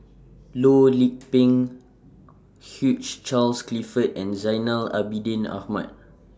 Loh Lik Peng Hugh Charles Clifford and Zainal Abidin Ahmad